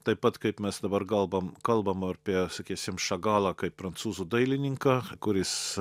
taip pat kaip mes dabar kalbam kalbam apie sakysim šagalą kaip prancūzų dailininką kuris